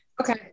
Okay